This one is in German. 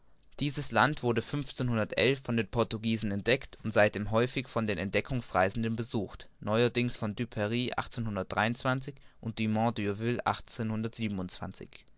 dieses land wurde von den portugiesen entdeckt und seitdem häufig von den entdeckungsreisenden besucht neuerdings von duperr und dumont d'urville